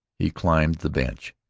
he climbed the bench.